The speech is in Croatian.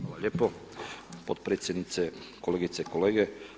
Hvala lijepo potpredsjednice, kolegice i kolege.